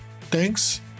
Thanks